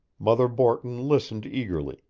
mother borton listened eagerly,